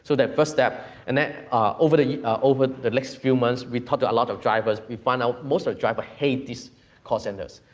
so that's first step, and then over the over the next few months, we talked to a lot of drivers, we find out most of our drivers hate these call centers.